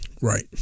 Right